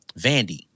Vandy